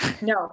No